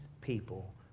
people